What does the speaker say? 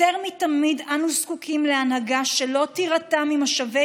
יותר מתמיד אנו זקוקים להנהגה שלא תירתע ממשבי